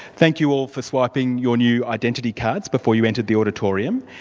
thank you all for swiping your new identity cards before you entered the auditorium,